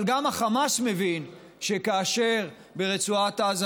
אבל גם החמאס מבין שכאשר ברצועת עזה